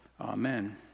Amen